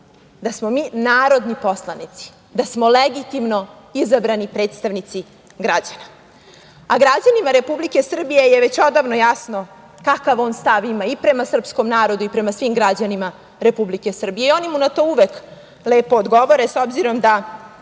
da smo mi narodni poslanici, da smo legitimno izabrani predstavnici građana. A, građanima Republike Srbije je već odavno jasno kakav on stav ima i prema srpskom narodu i prema svim građanima Republike Srbije. Oni mu na to uvek lepo odgovore, s obzirom da